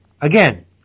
Again